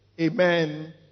Amen